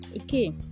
okay